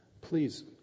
Please